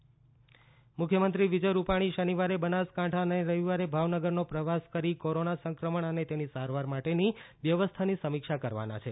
મુખ્યમંત્રીનો પ્રવાસ મુખ્યમંત્રી વિજય રૂપાણી શનિવારે બનાસકાંઠા અને રવિવારે ભાવનગરનો પ્રવાસ કરી કોરોના સંક્રમણ અને તેની સારવાર માટેની વ્યવસ્થાની સમિક્ષા કરવાના છે